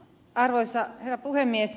arvoisa herra puhemies